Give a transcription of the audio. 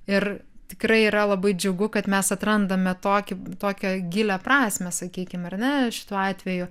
ir tikrai yra labai džiugu kad mes atrandame tokį tokią gilią prasmę sakykim ar ne šituo atveju